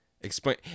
Explain